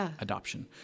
adoption